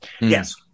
Yes